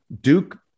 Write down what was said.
Duke